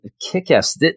Kick-ass